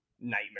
nightmare